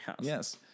Yes